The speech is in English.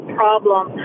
problem